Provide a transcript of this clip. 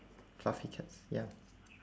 fluffy cats ya